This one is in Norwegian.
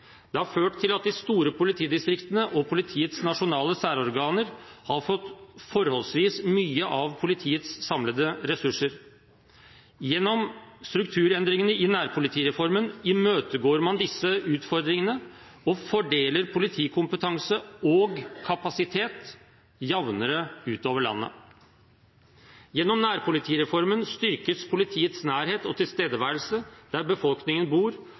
Det har ført til at de store politidistriktene og politiets nasjonale særorganer har fått forholdsvis mye av politiets samlede ressurser. Gjennom strukturendringene i nærpolitireformen imøtegår man disse utfordringene og fordeler politikompetanse og -kapasitet jevnere utover landet. Gjennom nærpolitireformen styrkes politiets nærhet og tilstedeværelse der befolkningen bor